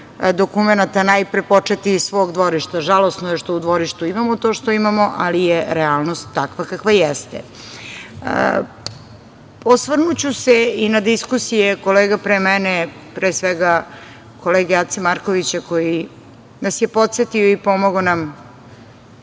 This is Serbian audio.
dokumenata najpre početi iz svog dvorišta. Žalosno je što u dvorištu imamo to što imamo, ali je realnost takva kakva jeste. Osvrnuću se i na diskusije kolega pre mene, pre svega kolege Ace Markovića, koji nas je podsetio i pomogao nam